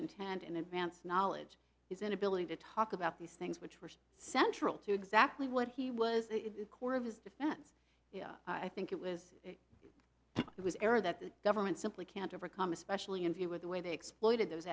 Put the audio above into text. intent in advance knowledge is an ability to talk about these things which were central to exactly what he was the core of his defense i think it was it was error that the government simply can't overcome especially in view with the way they exploited those